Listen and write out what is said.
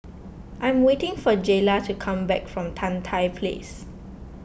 I'm waiting for Jaylah to come back from Tan Tye Place